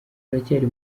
uracyari